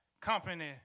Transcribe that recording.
company